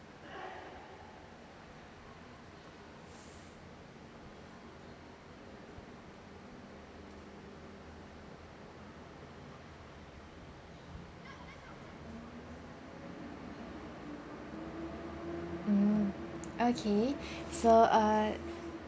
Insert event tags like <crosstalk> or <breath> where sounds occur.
mm okay <breath> so uh